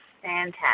Fantastic